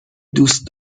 دوست